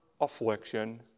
affliction